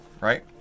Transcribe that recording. right